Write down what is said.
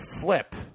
flip